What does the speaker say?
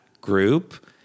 group